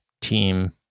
team